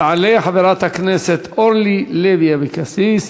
תעלה חברת הכנסת אורלי לוי אבקסיס.